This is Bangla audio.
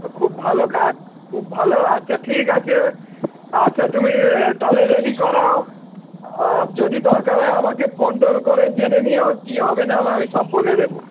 ও খুব ভালো কাজ খুব ভালো আচ্ছা ঠিক আছে আচ্ছা তুমি তাহলে রেডি করাও যদি দরকার হয় আমাকে ফোন টোন করে জেনে নিও কী হবে না হবে আমি সব বলে দেবো